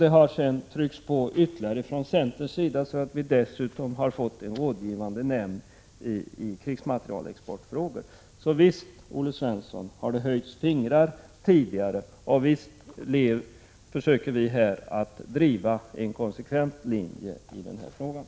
Efter ytterligare påtryckningar från centerpartiets sida har vi dessutom fått en rådgivande nämnd i krigsmaterielexportfrågor. Visst har vi höjt pekfingret tidigare, Olle Svensson. Och visst försöker vi driva en konsekvent linje i den här frågan.